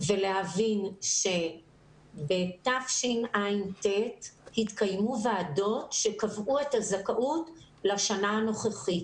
ולהבין שבשנת תשע"ט התקיימו ועדות שקבעו את הזכאות לשנה הנוכחית.